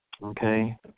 Okay